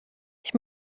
ich